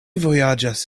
vojaĝas